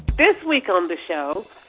this week on the show,